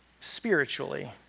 spiritually